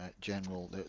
general